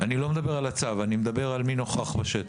אני לא מדבר על הצו, אני מדבר על מי נוכח בשטח.